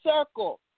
circle